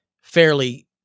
fairly